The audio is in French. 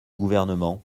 gouvernement